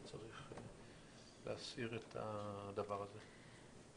וצריך להסיר את הטענה הזאת.